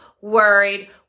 worried